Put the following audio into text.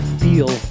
feel